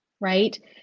right